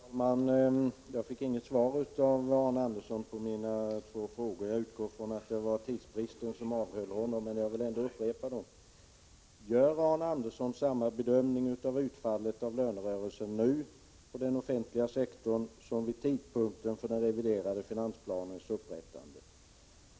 Herr talman! Jag fick inget svar av Arne Andersson i Gamleby på mina två frågor. Jag utgår ifrån att det var tidsbristen som avhöll honom från att svara, och jag vill därför upprepa frågorna: Gör Arne Andersson samma bedömning av utfallet av lönerörelsen på den offentliga sektorn nu som vid tidpunkten för den reviderade finansplanens upprättande?